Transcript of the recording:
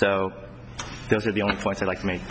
so those are the only point i like to make